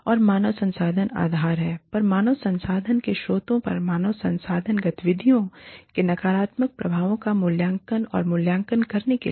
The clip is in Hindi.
और मानव संसाधन आधार पर और मानव संसाधन के स्रोतों पर मानव संसाधन गतिविधियों के नकारात्मक प्रभावों का मूल्यांकन और मूल्यांकन करने के लिए